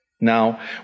Now